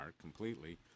completely